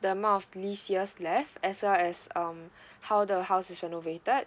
the amount of lease years left as well as um how the house is renovated